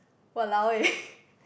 !walao! eh